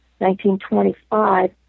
1925